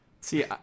See